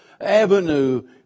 avenue